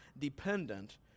dependent